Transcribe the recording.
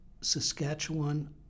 Saskatchewan